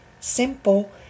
simple